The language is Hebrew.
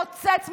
מוצץ מהם,